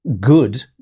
good